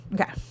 Okay